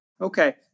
Okay